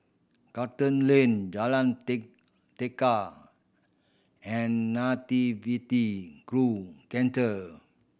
Charlton Lane Jalan Tekad and Nativity Grove Centre